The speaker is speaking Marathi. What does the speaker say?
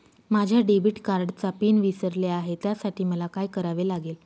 माझ्या डेबिट कार्डचा पिन विसरले आहे त्यासाठी मला काय करावे लागेल?